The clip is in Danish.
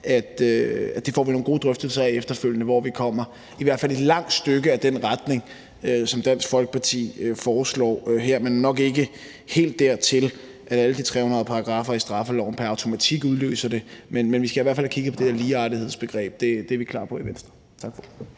at det får vi nogle gode drøftelser af efterfølgende – hvor vi i hvert fald kommer et langt stykke i den retning, som Dansk Folkeparti foreslår her, men nok ikke helt dertil, hvor alle de 300 paragraffer i straffeloven pr. automatik udløser det. Men vi skal i hvert fald have kigget på det der begreb ligeartet; det er vi klar på i Venstre. Tak for